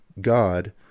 God